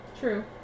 True